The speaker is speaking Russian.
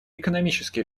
экономические